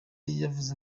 yavuze